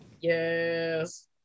Yes